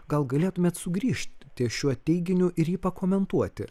gal galėtumėt sugrįžt ties šiuo teiginiu ir jį pakomentuoti